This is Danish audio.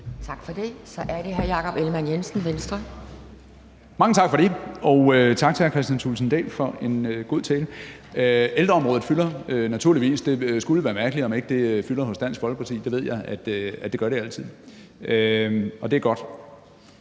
Venstre. Kl. 11:10 Jakob Ellemann-Jensen (V): Mange tak for det, og mange tak til hr. Kristian Thulesen Dahl for en god tale. Ældreområdet fylder naturligvis – det skulle være mærkeligt, hvis ikke det fyldte hos Dansk Folkeparti; det ved jeg at det altid gør – og det er godt.